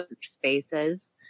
spaces